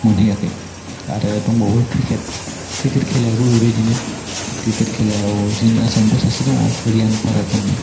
मोनहैयाखै आरो दंबावो cricket cricket खेलायावबो बिबायदिनो क्रिकेट खेलायाव जोंनि आसामनिफ्राय सासे दङ रियान फाराक होन्नाय